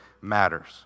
matters